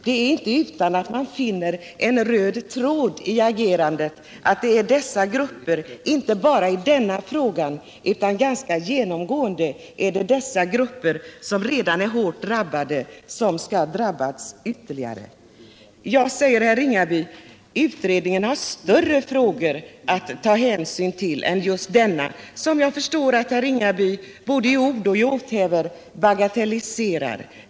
Det är inte utan att man finner en röd tråd i agerandet: det är just de grupper som inte bara i denna fråga utan även ganska genomgående redan är hårt drabbade som nu skall drabbas ytterligare! Herr Ringaby säger att utredningen har större frågor att ta hänsyn till än just denna, som jag förstår att herr Ringaby i både ord och åthävor bagatelliserar.